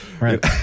Right